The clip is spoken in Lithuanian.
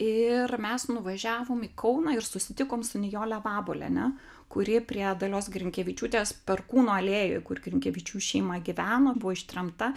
ir mes nuvažiavom į kauną ir susitikom su nijole vaboliene kuri prie dalios grinkevičiūtės perkūno alėjoj kur grinkevičių šeima gyveno buvo ištremta